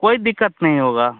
कोई दिक्कत नहीं होगी